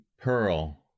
Pearl